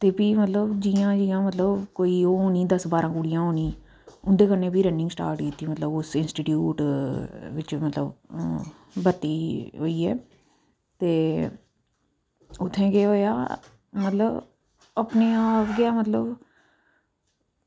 ते भी मतलब जियां जियां मतलब कोई होनी दस्स बारां कुड़ियां होनी उंदे कन्नै बी रनिंग स्टार्ट कीती मतलब उस इंस्टीट्यूट बिच मतलब बत्ती होइये उत्थें केह् होआ मतलब अपने आप गै मतलब